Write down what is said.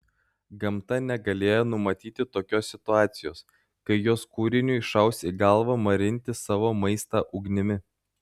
gamta negalėjo numatyti tokios situacijos kai jos kūriniui šaus į galvą marinti savo maistą ugnimi